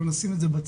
אבל נשים את זה בצד.